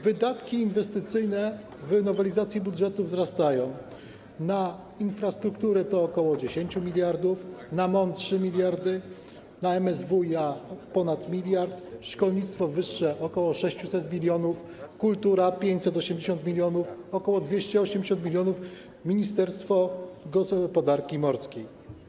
Wydatki inwestycyjne w nowelizacji budżetu wzrastają: infrastruktura - ok. 10 mld, MON - 3 mld, MSWiA - ponad 1 mld, szkolnictwo wyższe - ok. 600 mln, kultura - 580 mln, ok. 280 mln - Ministerstwo Gospodarki Morskiej.